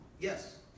Yes